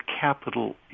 capital